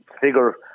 figure